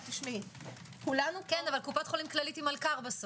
אבל קופת חולים כללית היא מלכ"ר.